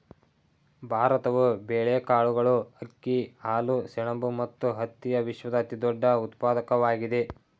ಭಾರತವು ಬೇಳೆಕಾಳುಗಳು, ಅಕ್ಕಿ, ಹಾಲು, ಸೆಣಬು ಮತ್ತು ಹತ್ತಿಯ ವಿಶ್ವದ ಅತಿದೊಡ್ಡ ಉತ್ಪಾದಕವಾಗಿದೆ